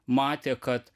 matė kad